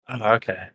Okay